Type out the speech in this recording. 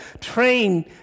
train